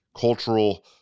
cultural